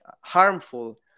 harmful